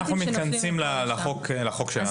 אנחנו מתכנסים לחוק שלנו.